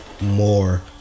more